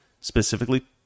specifically